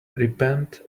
repent